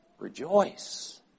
rejoice